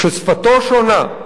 כששפתו שונה,